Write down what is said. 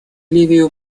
ливию